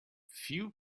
few